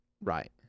Right